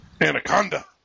anaconda